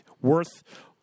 worth